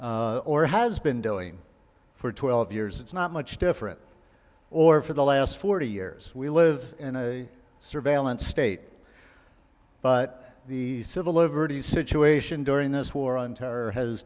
or has been doing for twelve years it's not much different or for the last forty years we live in a surveillance state but the civil liberties situation during this war on terror has